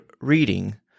reading